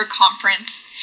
Conference